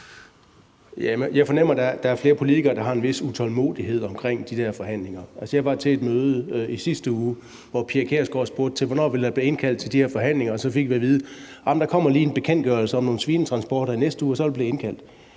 Jeg fornemmer, der er flere politikere, der har en vis utålmodighed omkring de der forhandlinger. Jeg var til et møde i sidste uge, hvor Pia Kjærsgaard spurgte om, hvornår der vil blive indkaldt til de her forhandlinger, og så fik vi at vide, at der lige kommer en bekendtgørelse om nogle svinetransporter i næste uge, og så vil vi blive indkaldt.